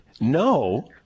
No